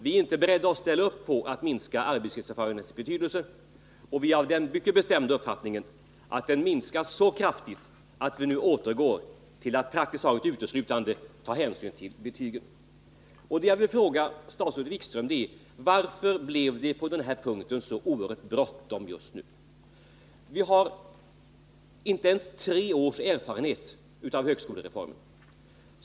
Vi är inte beredda att ställa upp på den minskningen och har den bestämda uppfattningen att den innebär att vi nu återgår till att praktiskt taget uteslutande ta hänsyn till betygen. Varför blev det just nu så oerhört bråttom på denna punkt, statsrådet Wikström? Vi har inte ens tre års erfarenhet av högskolereformen.